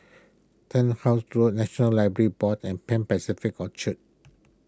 Turnhouse Road National Library Board and Pan Pacific Orchard